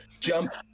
jump